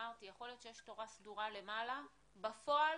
אמרתי שיכול להיות שיש תורה סדורה למעלה אבל בפועל